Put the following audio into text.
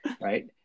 right